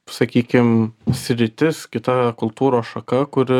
sakykim sritis kita kultūros šaka kuri